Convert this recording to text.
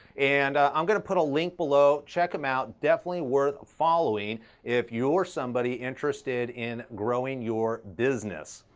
and i'm gonna put a link below, check him out, definitely worth following if you're somebody interested in growing your business.